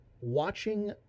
Watching